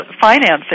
financing